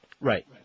right